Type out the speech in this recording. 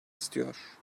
istiyor